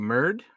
Murd